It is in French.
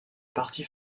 parti